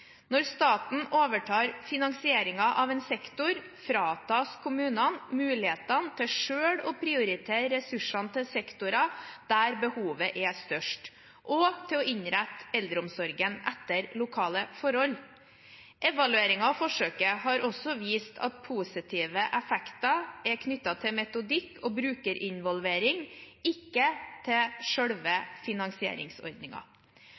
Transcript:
Når staten overtar finansieringen av en sektor, fratas kommunene mulighetene til selv å prioritere ressursene til sektorer der behovet er størst, og til å innrette eldreomsorgen etter lokale forhold. Evaluering av forsøket har også vist at positive effekter er knyttet til metodikk og brukerinvolvering, ikke til